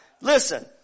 Listen